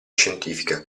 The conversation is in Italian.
scientifica